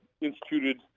instituted